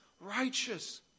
righteous